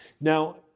Now